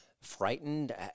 frightened